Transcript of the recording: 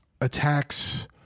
attacks